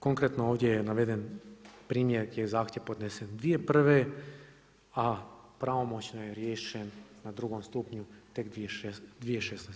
Konkretno ovdje je naveden primjer gdje je zahtjev podnesen 2001. a pravomoćno je riješen na drugom stupnju tek 2016.